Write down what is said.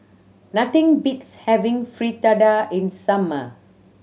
nothing beats having Fritada in summer